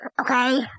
okay